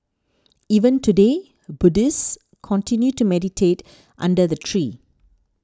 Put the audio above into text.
even today Buddhists continue to meditate under the tree